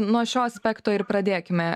nuo šio aspekto ir pradėkime